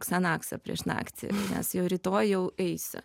xanaxą prieš naktį nes jau rytoj jau eisiu